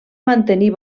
mantenir